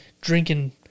drinking